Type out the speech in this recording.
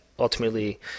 ultimately